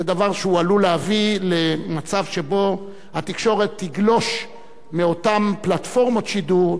כדבר שעלול להביא למצב שבו התקשורת תגלוש מאותן פלטפורמות שידור,